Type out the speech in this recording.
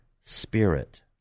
Spirit